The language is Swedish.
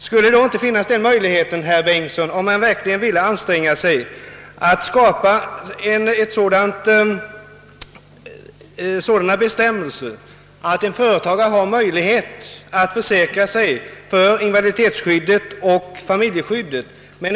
Skulle det då inte, herr Bengtsson, om man verkligen vill anstränga sig, vara möjligt att skapa sådana bestämmelser att en företagare kan försäkra sig för att få enbart invaliditetsskydd och familjeskydd?